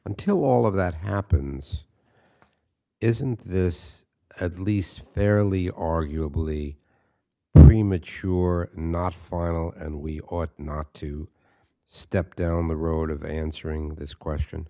until all of that happens isn't this at least fairly arguably premature not final and we ought not to step down the road of answering this